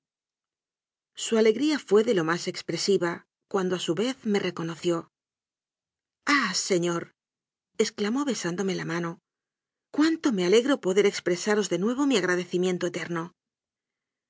su alegría fué de lo más expresiva cuando a su vez me reconoció ah señor exclamó besándome la mano cuánto me alegro poder expresaros de nuevo mi agradecimiento eterno